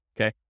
Okay